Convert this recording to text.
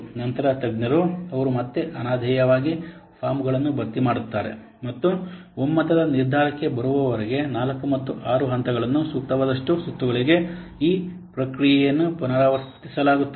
ನಂತರ ತಜ್ಞರು ಅವರು ಮತ್ತೆ ಅನಾಮಧೇಯವಾಗಿ ಫಾರ್ಮ್ಗಳನ್ನು ಭರ್ತಿ ಮಾಡುತ್ತಾರೆ ಮತ್ತು ಒಮ್ಮತದ ನಿರ್ಧಾರಕ್ಕೆ ಬರುವವರೆಗೆ 4 ಮತ್ತು 6 ಹಂತಗಳನ್ನು ಸೂಕ್ತವಾದಷ್ಟು ಸುತ್ತುಗಳಿಗೆ ಈ ಪ್ರಕ್ರಿಯೆಯನ್ನು ಪುನರಾವರ್ತಿಸಲಾಗುತ್ತದೆ